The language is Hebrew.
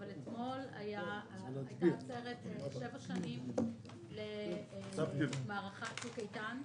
אתמול הייתה עצרת לציון שבע שנים למערכת צוק איתן.